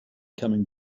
coming